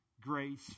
grace